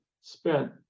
spent